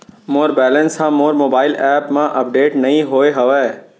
मोर balance हा मोर mobile app मा अपडेट नहीं होय हवे